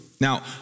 Now